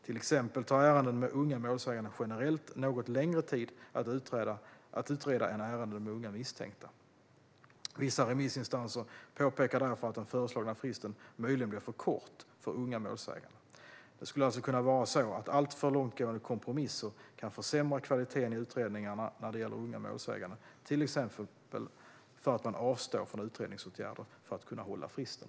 Till exempel tar ärenden med unga målsägande generellt något längre tid att utreda än ärenden med unga misstänkta. Vissa remissinstanser påpekar därför att den föreslagna fristen möjligen blir för kort för unga målsägande. Det skulle alltså kunna vara så att alltför långtgående kompromisser kan försämra kvaliteten i utredningarna när det gäller unga målsägande, till exempel för att man avstår från utredningsåtgärder för att kunna hålla fristen.